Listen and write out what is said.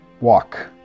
walk